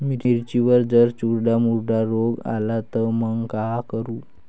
मिर्चीवर जर चुर्डा मुर्डा रोग आला त मंग का करू?